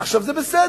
עכשיו, זה בסדר.